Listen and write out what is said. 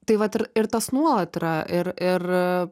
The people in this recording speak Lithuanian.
taip vat ir ir tas nuolat yra ir ir